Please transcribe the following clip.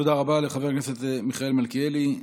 תודה רבה לחבר הכנסת מיכאל מלכיאלי.